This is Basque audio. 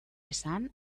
esan